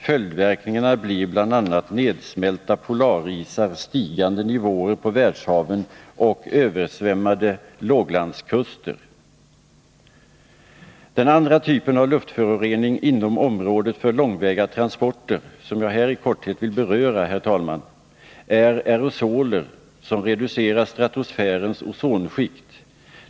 Följdverkningar blir bl.a. nedsmälta polarisar, stigande nivåer på världshaven och översvämmade låglandskuster. Den andra typen av luftförorening inom området för långväga transporter, som jag här i korthet vill beröra, herr talman, är aerosoler som reducerar stratosfärens ozonskikt.